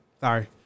Sorry